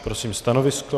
Prosím stanovisko?